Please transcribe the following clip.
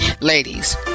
Ladies